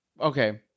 Okay